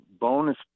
bonus